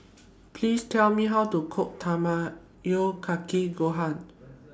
Please Tell Me How to Cook Tamago Kake Gohan